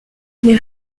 les